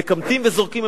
מקמטים וזורקים.